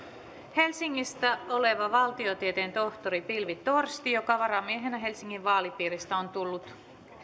helsingistä oleva valtiotieteen tohtori pilvi torsti joka varamiehenä helsingin vaalipiiristä on tullut